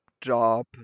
job